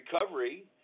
recovery